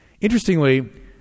Interestingly